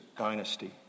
dynasty